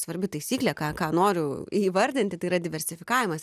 svarbi taisyklė ką ką noriu įvardinti tai yra diversifikavimas